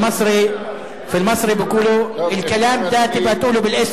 (אומר בשפה הערבית: במצרית אומרים: את הדברים האלה תשלחו לו בשמו).